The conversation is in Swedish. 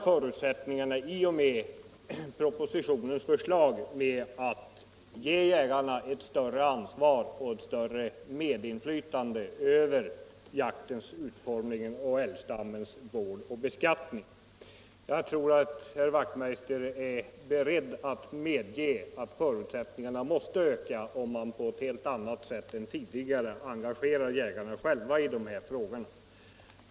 Förutsättningarna bör öka i och med propositionens förslag om att ge jägarna ett större ansvar och ett ökat medinflytande över jaktens utformning och älgstammens vård och beskattning. Herr Wachtmeister är säkert beredd att medge att dessa förutsättningar måste öka, om man på ett helt annat sätt än tidigare engagerar jägarna själva i dessa frågor.